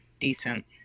decent